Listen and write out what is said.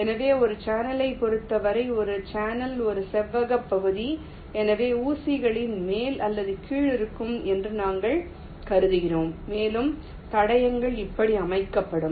எனவே ஒரு சேனலைப் பொறுத்தவரை ஒரு சேனல் ஒரு செவ்வக பகுதி எனவே ஊசிகளின் மேல் அல்லது கீழ் இருக்கும் என்று நாங்கள் கருதுகிறோம் மேலும் தடங்கள் இப்படி அமைக்கப்படும்